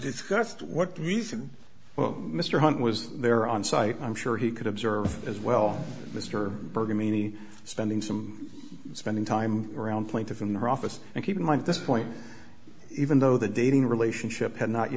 discussed what reason well mr hunt was there on site i'm sure he could observe as well mr berger me spending some spending time around plaintiff in the office and keep in mind this point even though the dating relationship had not